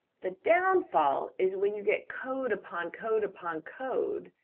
the downfall is when you get code upon code upon code,